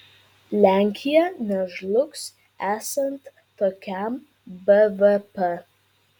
lenkija nežlugs esant tokiam bvp